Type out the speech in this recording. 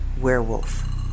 werewolf